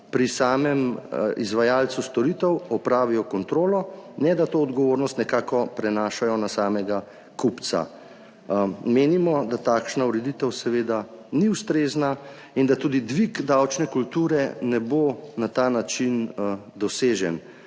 pri samem izvajalcu storitev opravijo kontrolo, ne da to odgovornost nekako prenašajo na samega kupca. Menimo, da takšna ureditev seveda ni ustrezna in da tudi dvig davčne kulture ne bo na ta način dosežen.